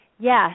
Yes